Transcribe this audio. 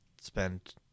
spend